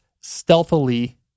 stealthily